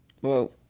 Whoa